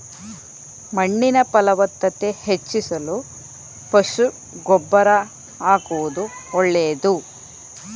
ಮಣ್ಣಿನ ಫಲವತ್ತತೆ ಹೆಚ್ಚಿಸಲು ಪಶು ಗೊಬ್ಬರ ಆಕುವುದು ಒಳ್ಳೆದು